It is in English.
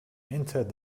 entered